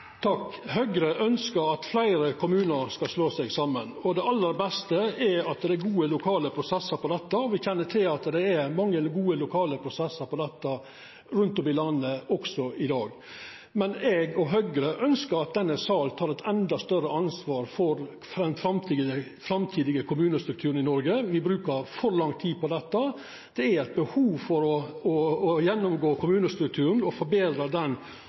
Høgre ønskjer at fleire kommunar skal slå seg saman. Det aller beste er at det er gode lokale prosessar om dette, og me kjenner til at det er mange gode lokale prosessar om dette rundt om i landet også i dag. Men eg og Høgre ønskjer at denne salen tek eit endå større ansvar for den framtidige kommunestrukturen i Noreg. Me bruker for lang tid på dette. Det er eit behov for å gjennomgå kommunestrukturen og forbetra